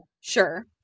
Sure